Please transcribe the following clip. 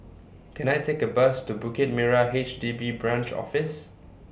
Can I Take A Bus to Bukit Merah H D B Branch Office